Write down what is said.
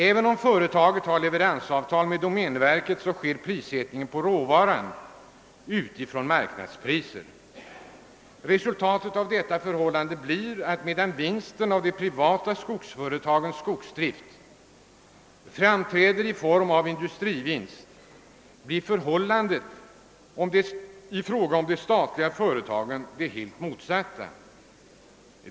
även om företaget har leveransavtal med domänverket sker prissättningen på råvaran utifrån marknadens priser. Resultatet härav blir att medan överskottet på de privata skogsföretagens skogsbruk framträder i form av vinst, blir förhållan det inom de statliga företagen det motsatta.